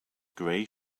gray